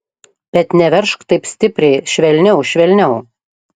bet neveržk taip stipriai švelniau švelniau